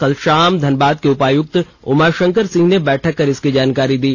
कल शाम धनबाद के उपायुक्त उमाशंकर सिंह ने बैठक कर इसकी जानकारी दी